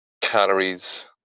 calories